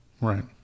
Right